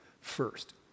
First